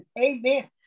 Amen